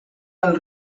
del